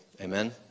Amen